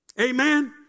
Amen